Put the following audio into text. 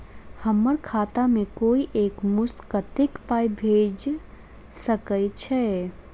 हम्मर खाता मे कोइ एक मुस्त कत्तेक पाई भेजि सकय छई?